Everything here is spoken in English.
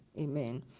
Amen